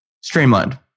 Streamlined